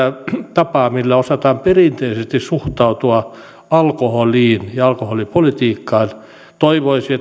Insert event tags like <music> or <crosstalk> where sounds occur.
tapaa millä osataan perinteisesti suhtautua alkoholiin ja alkoholipolitiikkaan toivoisi <unintelligible>